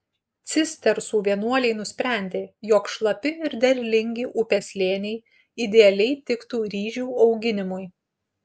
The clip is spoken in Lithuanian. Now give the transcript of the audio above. cistersų vienuoliai nusprendė jog šlapi ir derlingi upės slėniai idealiai tiktų ryžių auginimui